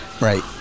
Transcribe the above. Right